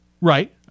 Right